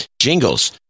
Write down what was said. Jingles